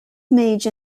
midge